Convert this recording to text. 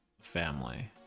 family